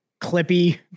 clippy